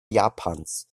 japans